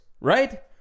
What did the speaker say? right